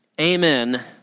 amen